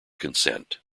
consent